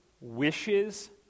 wishes